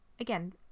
again